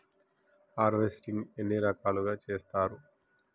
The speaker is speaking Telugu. హార్వెస్టింగ్ ఎన్ని రకాలుగా చేస్తరు?